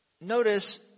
Notice